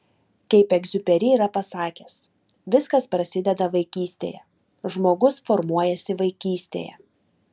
kaip egziuperi yra pasakęs viskas prasideda vaikystėje žmogus formuojasi vaikystėje